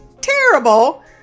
terrible